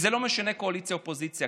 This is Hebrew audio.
וזה לא משנה קואליציה אופוזיציה.